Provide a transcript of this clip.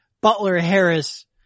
Butler-Harris